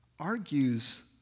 argues